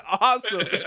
awesome